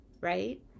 right